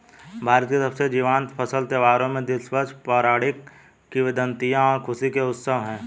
भारत के सबसे जीवंत फसल त्योहारों में दिलचस्प पौराणिक किंवदंतियां और खुशी के उत्सव है